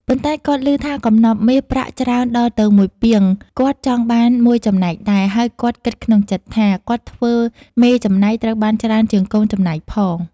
ប៉ុន្តែគាត់ឮថាកំណប់មាសប្រាក់ច្រើនដល់ទៅ១ ពាង គាត់ចង់បាន ១ ចំណែកដែរហើយគាត់គិតក្នុងចិត្តថា “គាត់ធ្វើមេចំណែកត្រូវបានច្រើនជាងកូនចំណែកផង ”។